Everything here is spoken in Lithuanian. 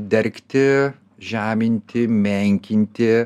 dergti žeminti menkinti